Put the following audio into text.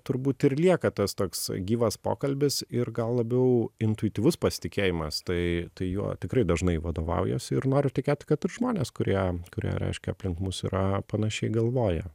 turbūt ir lieka tas toks gyvas pokalbis ir gal labiau intuityvus pasitikėjimas tai tai juo tikrai dažnai vadovaujuosi ir noriu tikėti kad ir žmonės kurie kurie reiškia aplink mus yra panašiai galvoja